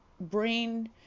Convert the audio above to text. brain